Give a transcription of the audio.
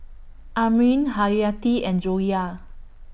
Amrin Haryati and Joyah